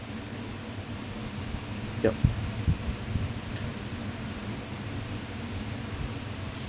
yup